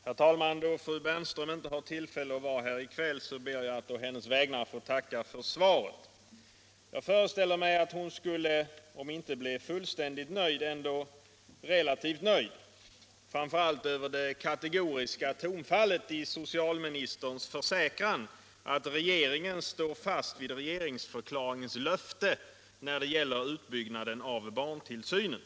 Nr 95 Herr talman! Då fru Bemström inte i tillfälle att Sar bår i Kval; Torsdagen den ber jag att på hennes vägnar få tacka för svaret. Jag föreställer mig att 24 mars 1977 hon skulle bli, om inte fullständigt nöjd, så ändå relativt nöjd, framför I allt med det kategoriska tonfallet i socialministerns försäkran att rege Om utbyggnadsproringen står fast vid regeringsförklaringens löfte när det gäller utbyggnaden = grammet för av barntillsynen.